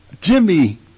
Jimmy